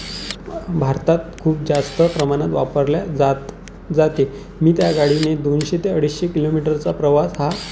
भारतात खूप जास्त प्रमाणात वापरले जात जाते मी त्या गाडीने दोनशे ते अडीचशे किलोमीटरचा प्रवास हा